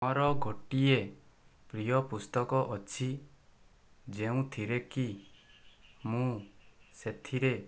ମୋର ଗୋଟିଏ ପ୍ରିୟ ପୁସ୍ତକ ଅଛି ଯେଉଁଥିରେ କି ମୁଁ ସେଥିରେ